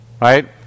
Right